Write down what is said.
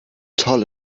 tall